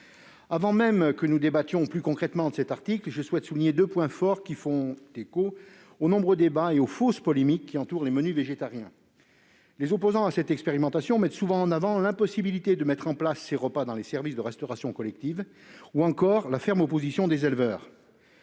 Avant même que nous ne débattions plus concrètement de cet article, je souhaite souligner deux points forts, qui font écho aux nombreux débats et aux fausses polémiques relatifs aux menus végétariens. Les opposants à cette expérimentation mettent souvent en avant l'impossibilité de mettre en place ces repas dans les services de restauration collective ou encore la ferme opposition des éleveurs.